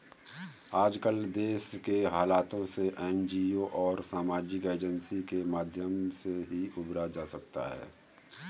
आजकल देश के हालातों से एनजीओ और सामाजिक एजेंसी के माध्यम से ही उबरा जा सकता है